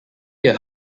their